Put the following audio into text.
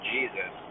Jesus